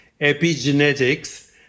epigenetics